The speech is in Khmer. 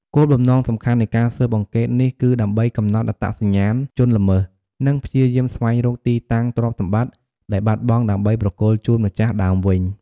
គោលបំណងសំខាន់នៃការស៊ើបអង្កេតនេះគឺដើម្បីកំណត់អត្តសញ្ញាណជនល្មើស និងព្យាយាមស្វែងរកទីតាំងទ្រព្យសម្បត្តិដែលបាត់បង់ដើម្បីប្រគល់ជូនម្ចាស់ដើមវិញ។